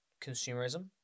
consumerism